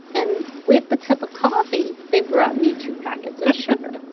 and with the cup of coffee, they brought me two packets of sugar.